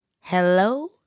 Hello